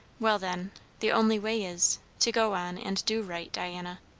well, then the only way is, to go on and do right, diana.